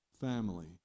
family